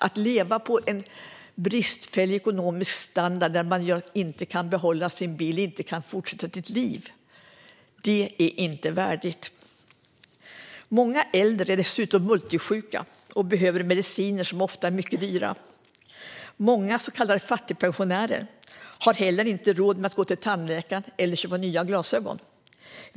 Att leva med en bristfällig ekonomisk standard där man inte kan behålla sin bil och inte fortsätta leva sitt liv är inte värdigt. Många äldre är dessutom multisjuka och behöver mediciner som ofta är mycket dyra. Många så kallade fattigpensionärer har inte heller råd att gå till tandläkaren eller köpa nya glasögon.